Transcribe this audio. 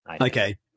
okay